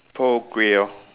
pole grey lor